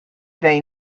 they